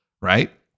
Right